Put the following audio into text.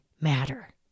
matter